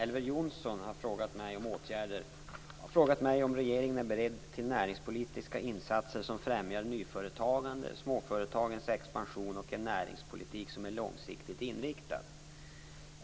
Fru talman! Elver Jonsson har frågat mig om regeringen är beredd till näringspolitiska insatser som främjar nyföretagande, småföretagens expansion och en näringspolitik som är långsiktigt inriktad.